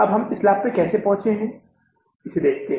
अब हम इस लाभ पर कैसे पहुंचे हैं इसे देखते हैं